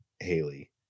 Haley